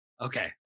Okay